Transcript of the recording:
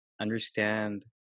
understand